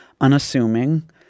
unassuming